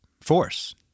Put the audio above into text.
force